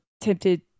tempted